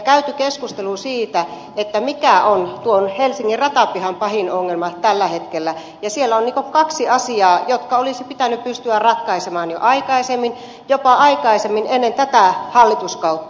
käytiin keskustelu siitä mikä on helsingin ratapihan pahin ongelma tällä hetkellä ja siellä on kaksi asiaa jotka olisi pitänyt pystyä ratkaisemaan jo aikaisemmin jopa ennen tätä hallituskautta